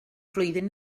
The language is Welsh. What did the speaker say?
flwyddyn